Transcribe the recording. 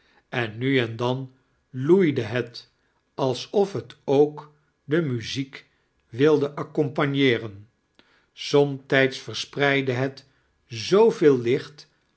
en nu en dan loeide het alsof het ook de muziek wilde accompagneeren somtijds verspreidde het zooveel mcht